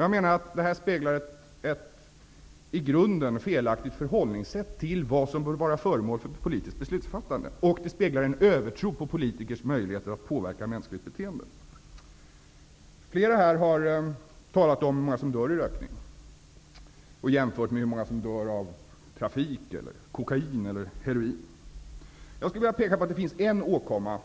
Jag menar att detta speglar ett i grunden felaktigt förhållningssätt till vad som bör vara föremål för politiskt beslutsfattande och en övertro på politikers möjligheter att påverka mänskligt beteende. Flera här har talat om antalet människor som dör i rökning och jämfört med antalet människor som dör i trafiken eller till följd av kokain eller heroinmissbruk. Men jag skulle vilja peka på en åkomma